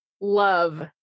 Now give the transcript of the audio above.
love